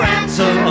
answer